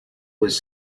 was